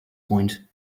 point